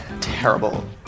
terrible